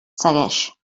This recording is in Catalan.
segueix